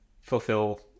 fulfill